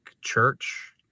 church